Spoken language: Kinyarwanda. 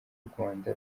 rwanda